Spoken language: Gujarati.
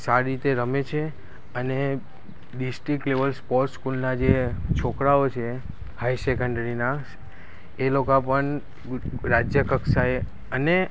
સારી રીતે રમે છે અને ડિસ્ટ્રિક લેવલ સ્પોસ સ્કૂલના જે છોકરાવો છે હાઇ સેકન્ડરીના એ લોકો પણ ગુ રાજ્ય કક્ષાએ અને